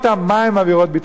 מה הן עבירות ביטחוניות.